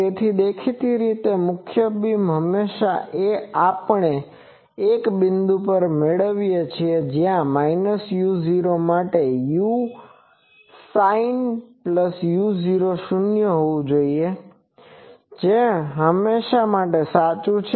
તેથી દેખીતી રીતે મુખ્ય બીમ હંમેશાં આપણે એક બિંદુ પર મેળવીએ છીએ જ્યાં માટે sinuu0 શૂન્ય હોવો જોઈએ જે હંમેશા સાચું છે